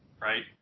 right